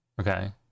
Okay